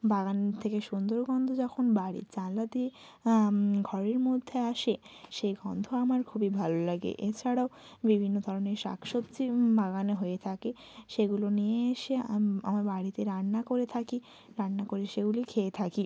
বাগান থেকে সুন্দর গন্ধ যখন বাড়ির জানালা দিয়ে ঘরের মধ্যে আসে সেই গন্ধ আমার খুবই ভালো লাগে এছাড়াও বিভিন্ন ধরনের শাক সবজি বাগানে হয়ে থাকে সেগুলো নিয়ে এসে আমার বাড়িতে রান্না করে থাকি রান্না করে সেগুলি খেয়ে থাকি